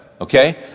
Okay